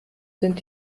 sind